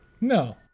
No